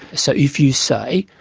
so if you say,